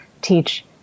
teach